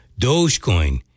Dogecoin